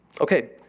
Okay